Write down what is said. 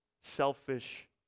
selfish